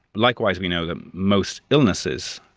likewise we know that most illnesses,